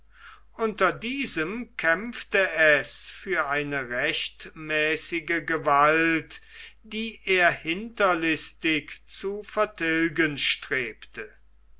unter diesem kämpfe es für eine rechtmäßige gewalt die er hinterlistig zu vertilgen strebte